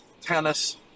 tennis